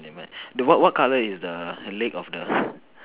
never mind the what what colour is the leg of the